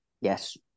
Yes